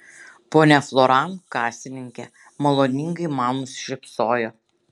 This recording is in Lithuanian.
ponia floran kasininkė maloningai man nusišypsojo